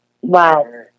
Wow